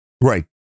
Right